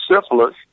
syphilis